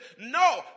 No